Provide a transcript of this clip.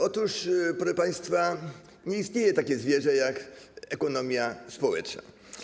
Otóż, proszę państwa, nie istnieje takie zwierzę jak ekonomia społeczna.